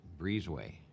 breezeway